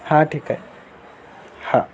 हां ठीक आहे हां